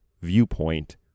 viewpoint